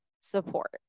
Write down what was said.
support